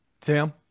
Sam